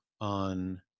on